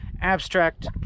abstract